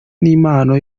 n’impano